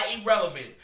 irrelevant